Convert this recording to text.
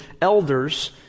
elders